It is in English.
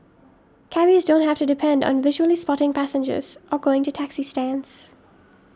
cabbies don't have to depend on visually spotting passengers or going to taxi stands